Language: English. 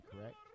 correct